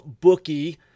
bookie